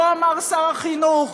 כה אמר שר החינוך.